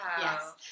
Yes